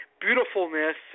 beautifulness